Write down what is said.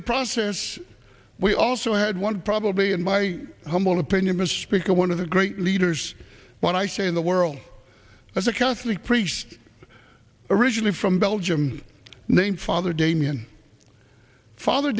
the process we also had one probably in my humble opinion mr speaker one of the great leaders when i say in the world as a catholic priest originally from belgium named father damien father